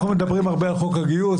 אנחנו מדברים הרבה על חוק הגיוס,